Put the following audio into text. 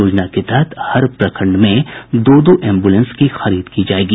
योजना के तहत हर प्रखंड में दो दो एम्बूलेंस की खरीद की जायेगी